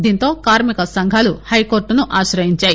దీంతో కార్మిక సంఘాలు హైకోర్టును ఆ శయించాయి